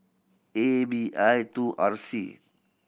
A B I two R C